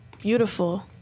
beautiful